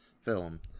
film